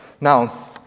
Now